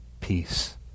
peace